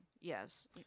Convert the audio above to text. Yes